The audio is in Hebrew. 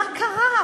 מה קרה?